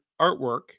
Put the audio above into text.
artwork